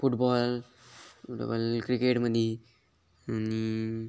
football double क्रिकेटमध्ये आणि